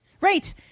Right